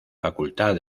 facultad